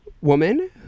woman